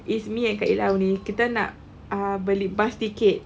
is me and kak ella only kita nak uh beli bus ticket